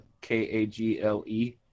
K-A-G-L-E